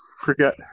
forget